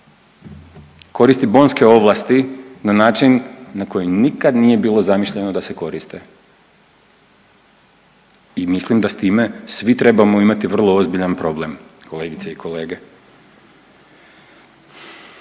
koristi bonske ovlasti na način na koji nikad nije bilo zamišljeno da se koriste i mislim da s time svi trebamo imati vrlo ozbiljan problem kolegice i kolege.